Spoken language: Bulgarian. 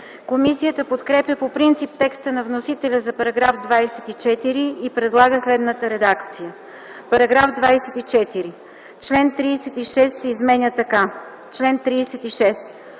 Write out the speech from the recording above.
Комисията подкрепя по принцип текста на вносителя за § 24 и предлага следната редакция: „§ 24. Член 36 се изменя така: „Чл. 36.